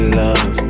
love